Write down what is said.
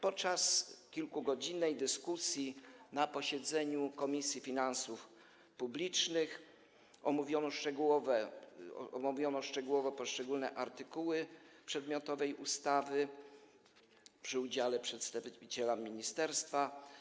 Podczas kilkugodzinnej dyskusji na posiedzeniu Komisji Finansów Publicznych omówiono szczegółowo poszczególne artykuły przedmiotowej ustawy przy udziale przedstawiciela ministerstwa.